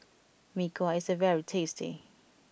Mee Kuah is very tasty